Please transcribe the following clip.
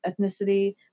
ethnicity